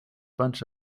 bunch